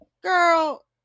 Girl